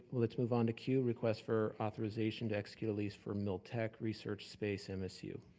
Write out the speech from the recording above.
let's move on to q, request for authorization to execute a lease for miltech research space, msu.